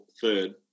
third